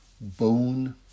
bone